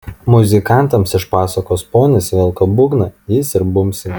muzikantams iš paskos ponis velka būgną jis ir bumbsi